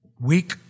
weak